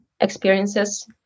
experiences